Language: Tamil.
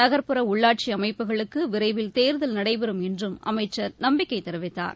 நகர்ப்புற உள்ளாட்சி அமைப்புகளுக்கு விரைவில் தேர்தல் நடைபெறும் என்றும் அமைச்சர் நம்பிக்கை தெரிவித்தார்